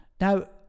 now